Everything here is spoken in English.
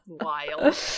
Wild